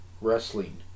wrestling